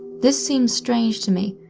this seemed strange to me,